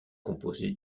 composée